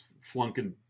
flunking